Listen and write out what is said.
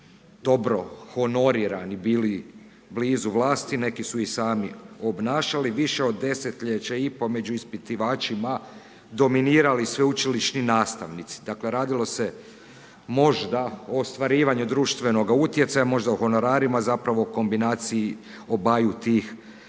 dobro honorirani bili blizu vlasti, neki su je i sami obnašali, više od desetljeća i po, među ispitivačima dominirali sveučilišni nastavnici. Dakle radilo se možda o ostvarivanju društvenog utjecaja, možda o honorarima zapravo kombinaciji obaju tih razloga.